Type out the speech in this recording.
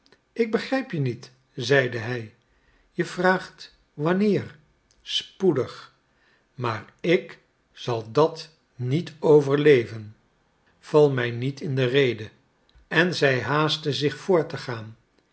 ik begrijp je niet zeide hij je vraagt wanneer spoedig maar ik zal het niet overleven val mij niet in de rede en zij haastte zich voort te gaan